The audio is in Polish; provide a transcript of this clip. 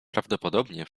prawdopodobnie